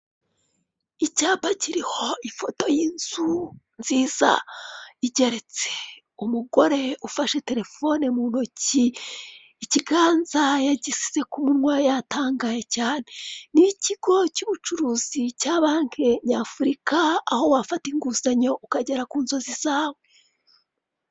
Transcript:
Icyapa kiriho ifoto y'inzu nziza igeretse, umugore ufashe telefone mu ntoki ikiganza yagiseze ku munywa yatangaye cyane, ni ikigo cy'ubucuruzi cya banke nyafurika aho wafata inguzanyo ukagera ku nzozi zawe.